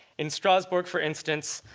in strasbourg, for instance,